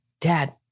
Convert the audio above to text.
dad